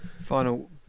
Final